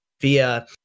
via